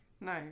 No